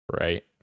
Right